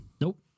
Nope